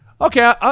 okay